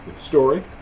Story